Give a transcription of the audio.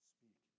Speak